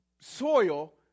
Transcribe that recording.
soil